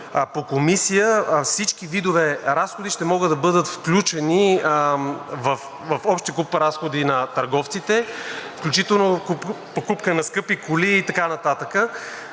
по Комисия, всички видове разходи ще могат да бъдат включени в общия куп разходи на търговците, включително покупка на скъпи коли и така нататък.